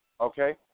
okay